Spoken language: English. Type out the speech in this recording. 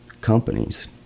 companies